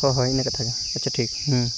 ᱦᱚᱸ ᱦᱳᱭ ᱤᱱᱟᱹ ᱠᱟᱛᱷᱟᱜᱮ ᱟᱪᱷᱟ ᱴᱷᱤᱠ ᱦᱮᱸ